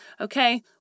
Okay